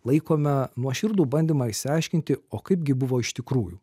laikome nuoširdų bandymą išsiaiškinti o kaipgi buvo iš tikrųjų